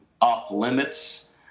off-limits